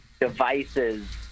devices